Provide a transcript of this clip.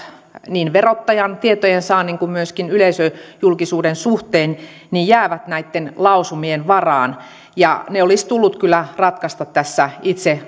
niin verottajan tietojen saannin kuin myöskin yleisöjulkisuuden suhteen jäävät näitten lausumien varaan ja ne olisi tullut kyllä ratkaista tässä itse